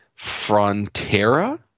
Frontera